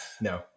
No